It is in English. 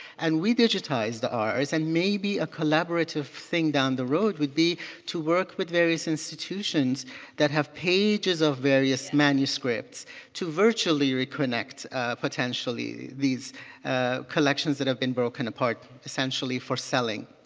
and we digitized ours and maybe a collaborative thing down the road would be to work with various institutions that have pages of various manuscripts to virtually reconnect potentially these collections that have been broken apart essentially for selling.